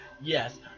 Yes